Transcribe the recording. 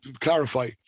clarify